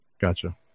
Gotcha